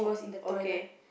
okay